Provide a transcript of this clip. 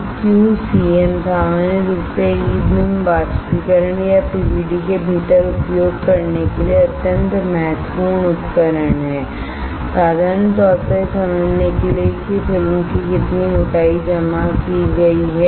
तो Q cm सामान्य रूप से ई बीम बाष्पीकरण या पीवीडी के भीतर उपयोग करने के लिए अत्यंत महत्वपूर्ण उपकरण है साधारण तौर पर यह समझने के लिए कि फिल्म की कितनी मोटाई जमा की गई है